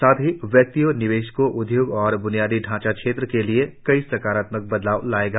साथ ही व्यक्तियों निवेशकों उद्योग और ब्नियादी ढांचा क्षेत्र के लिए कई सकारात्मक बदलाव लाएगा